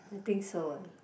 I think so uh